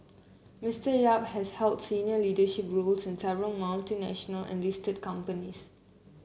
Mister Yap has held senior leadership roles in several multinational and listed companies